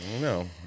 No